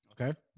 Okay